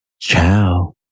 Ciao